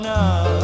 now